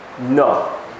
No